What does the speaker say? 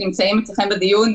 שנמצאים אצלכם בדיון,